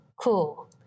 Cool